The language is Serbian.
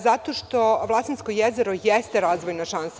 Zato što Vlasinsko jezero jeste razvojna šansa.